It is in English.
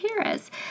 Paris